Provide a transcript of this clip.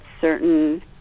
certain